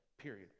period